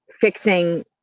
fixing